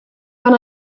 when